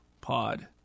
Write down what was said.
pod